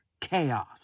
chaos